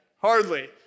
Hardly